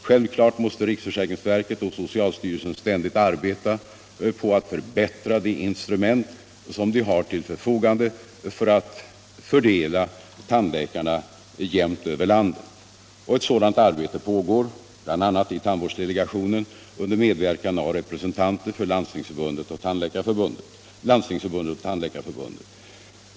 Självklart måste riksförsäkringsverket och socialstyrelsen ständigt arbeta på att förbättra de instrument som man har till förfogande för att fördela tandläkarna jämnt över landet. Ett sådant arbete pågår bl.a. i tandvårdsdelegationen under medverkan av representanter för Landstingsförbundet och Tandläkarförbundet.